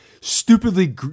stupidly